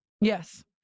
yes